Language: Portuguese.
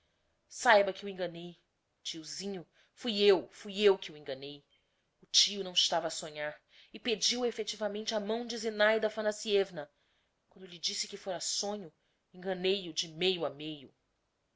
saiba que o enganei tiozinho fui eu fui eu que o enganei o tio não estava a sonhar e pediu effectivamente a mão de zinaida aphanassievna quando lhe disse que fora sonho enganei o de meio a meio